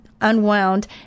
unwound